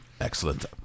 Excellent